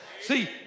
See